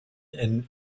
and